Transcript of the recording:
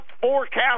forecast